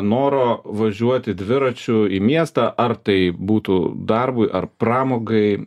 noro važiuoti dviračiu į miestą ar tai būtų darbui ar pramogai